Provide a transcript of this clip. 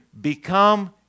Become